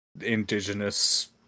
indigenous